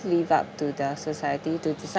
leave up to the society to decide